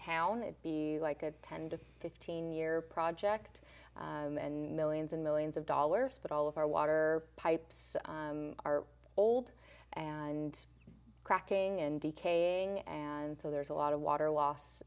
town it be like attend to fifteen year project and millions and millions of dollars but all of our water pipes are old and cracking and decaying and so there's a lot of water loss